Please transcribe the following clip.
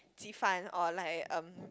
鸡饭 or like um